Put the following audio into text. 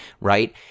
right